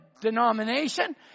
denomination